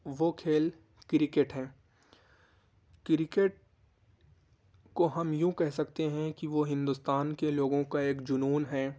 وہ کھیل کرکٹ ہے کرکٹ کو ہم یوں کہہ سکتے ہیں کہ وہ ہندوستان کے لوگوں کا ایک جنون ہیں